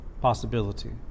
possibility